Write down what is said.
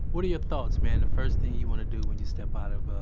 what are your thoughts, man? the first thing you wanna do when you step out of, ah,